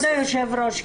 כבוד היושב ראש,